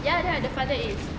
ya ya the father is